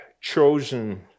chosen